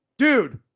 Dude